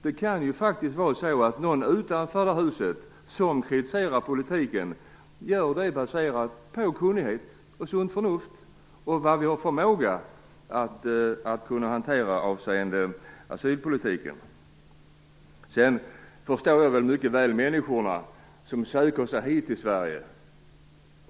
Det kan faktiskt finnas personer utanför det här huset som kritiserar politiken baserat på kunnighet, sunt förnuft och insikt i asylpolitiken. Jag förstår mycket väl de människor som söker sig hit till Sverige.